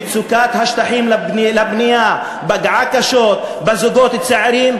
מצוקת השטחים לבנייה פגעה קשות בזוגות הצעירים,